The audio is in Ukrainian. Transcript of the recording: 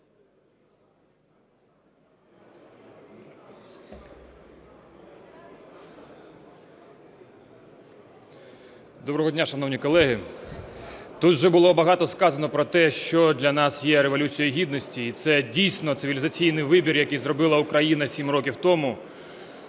Доброго дня, шановні колеги! Тут вже було багато сказано про те, що для нас є Революція Гідності, і це дійсно цивілізаційний вибір, який зробила України 7 років тому.